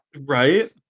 Right